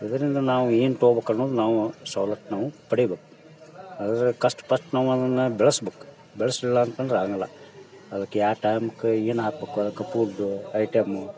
ಅದರಿಂದ ನಾವು ಏನು ತೊಗೊಬೇಕ್ ಅನ್ನೋದು ನಾವು ಸವ್ಲತ್ತು ನಾವು ಪಡಿಬೇಕ್ ಅದ್ರ ಕಷ್ಟ್ಪಟ್ಟ್ ನಾವು ಅದನ್ನು ಬೆಳೆಸ್ಬಕ್ ಬೆಳೆಸ್ಲಿಲ್ಲ ಅಂತಂದ್ರೆ ಆಗೋಲ್ಲ ಅದಕ್ಕೆ ಯಾವ ಟೈಮ್ಕೆ ಏನು ಹಾಕ್ಬೇಕು ಅದಕ್ಕೆ ಪುಡ್ಡು ಐಟಮ್ಮು